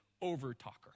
over-talker